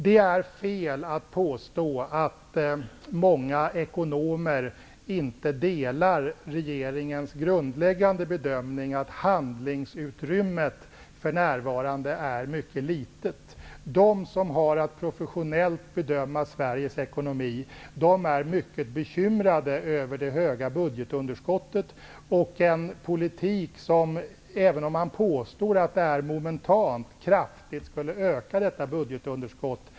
Det är fel att påstå att många ekonomer inte delar regeringens grundläggande bedömning att handlingsutrymmet för närvarande är mycket litet. De som har att professionellt bedöma Sveriges ekonomi är mycket bekymrade över det stora budgetunderskottet och en politik som, även om man påstår att det är momentant, kraftigt skulle öka detta underskott.